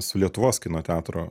su lietuvos kino teatro